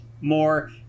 more